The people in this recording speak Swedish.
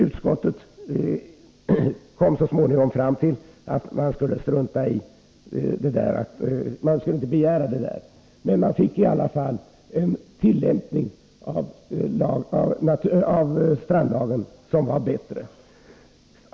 Utskottet kom så småningom fram till att man inte skulle begära någon sådan förklaring, men man åstadkom i alla fall en bättre tillämpning av strandlagen.